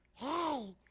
hey,